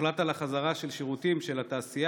הוחלט על החזרה של שירותים של התעשייה,